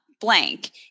blank